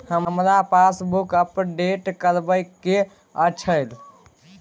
हमरा passbook update करैबे के अएछ?